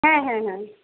হ্যাঁ হ্যাঁ হ্যাঁ